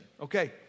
Okay